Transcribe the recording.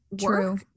True